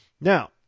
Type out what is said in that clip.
now